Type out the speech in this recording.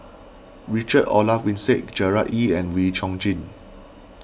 Richard Olaf Winstedt Gerard Ee and Wee Chong Jin